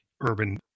urban